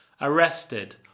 arrested